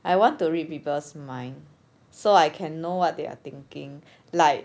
I want to read people's mind so I can know what they are thinking like